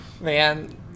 Man